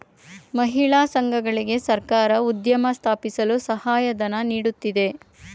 ಮಹಿಳಾ ಸಂಘಗಳಿಗೆ ಸರ್ಕಾರ ಉದ್ಯಮ ಸ್ಥಾಪಿಸಲು ಸಹಾಯಧನ ನೀಡುತ್ತಿದೆ